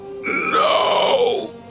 no